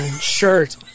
shirt